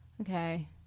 okay